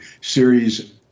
series